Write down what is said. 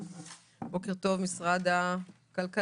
בוקר טוב, זרוע העבודה במשרד הכלכלה.